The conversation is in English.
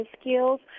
skills